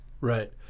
Right